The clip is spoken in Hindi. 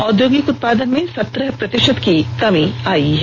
औद्योगिक उत्पादन में सत्रह प्रतिशत की कमी आयी है